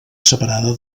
separada